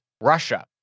Russia